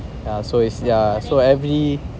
yeah so it's yeah so every